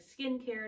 skincare